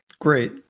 Great